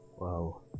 Wow